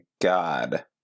God